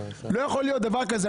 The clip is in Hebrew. לא יכול להיות דבר כזה.